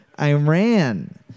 Iran